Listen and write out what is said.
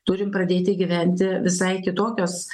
turim pradėti gyventi visai kitokios